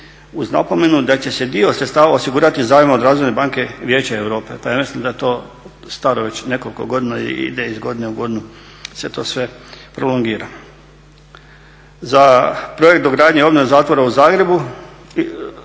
uz napomenu da će se dio sredstava osigurati zajmom od Razvojne banke Vijeća Europe. Pa ja mislim da je to staro već nekoliko godina i ide iz godine u godinu se to sve prolongira. Za projekt dogradnje i obnove zatvora u Zagrebu